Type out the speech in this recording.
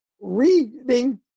reading